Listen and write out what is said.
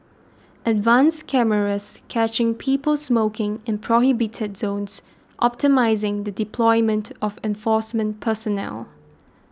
advanced cameras catching people smoking in prohibited zones optimising the deployment of enforcement personnel